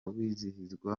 wizihizwa